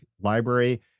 library